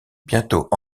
bientôt